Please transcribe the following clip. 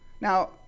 Now